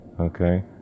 okay